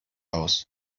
aus